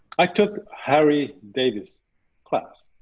i took harry davis' class.